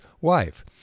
wife